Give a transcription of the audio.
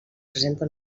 presenta